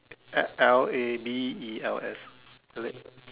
L~ L_A_B_E_L_S lay~